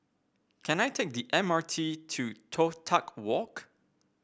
can I take the M R T to Toh Tuck Walk